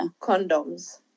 Condoms